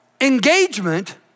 engagement